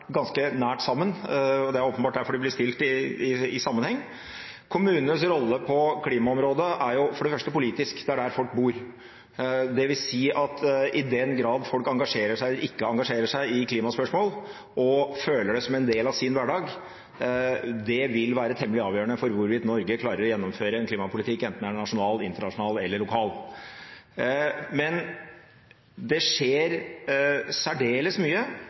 ganske nært sammen, og det er åpenbart derfor de blir stilt i sammenheng. Kommunenes rolle på klimaområdet er for det første politisk, det er der folk bor. Det vil si at i hvor stor grad folk engasjerer seg eller ikke engasjerer seg i klimaspørsmål og føler det som en del av sin hverdag, vil være temmelig avgjørende for hvorvidt Norge klarer å gjennomføre en klimapolitikk, enten den er nasjonal, internasjonal eller lokal. Men det skjer særdeles mye,